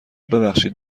ببخشید